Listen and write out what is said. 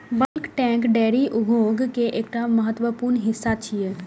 bulk tank डेयरी उद्योग के एकटा महत्वपूर्ण हिस्सा छियै